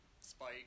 Spike